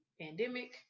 pandemic